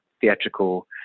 theatrical